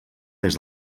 des